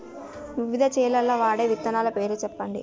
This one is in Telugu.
వివిధ చేలల్ల వాడే విత్తనాల పేర్లు చెప్పండి?